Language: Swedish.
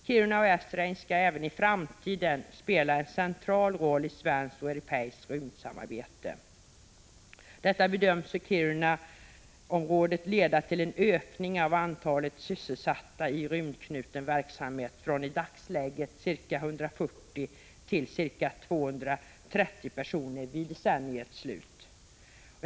Kiruna och Esrange skall även i framtiden spela en central roll i svensk och europeisk rymdverksamhet. Detta bedöms för Kirunaområdet leda till en ökning av antalet sysselsatta i rymdanknuten verksamhet från i dagsläget ca 140 till ca 230 personer vid decenniets slut.